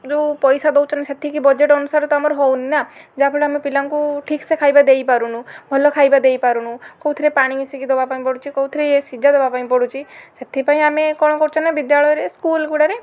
ଯେଉଁ ପଇସା ଦଉଛନ୍ତି ସେତିକି ବଜେଟ ଅନୁସାରେ ତ ଆମର ହଉନି ନା ଯାହା ଫଳରେ ଆମେ ପିଲାଙ୍କୁ ଠିକସେ ଖାଇବା ଦେଇପାରୁନୁ ଭଲ ଖାଇବା ଦେଇପାରୁନୁ କେଉଁଥିରେ ପାଣି ମିଶେଇକି ଦବା ପାଇଁ ପଡ଼ୁଛି କେଉଁଥିରେ ଇଏ ସିଜା ଦବା ପାଇଁ ପଡ଼ୁଛି ସେଥିପାଇଁ ଆମେ କ'ଣ କରୁଛୁ ନା ବିଦ୍ୟାଳୟରେ ସ୍କୁଲ ଗୁଡ଼ାରେ